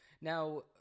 Now